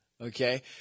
okay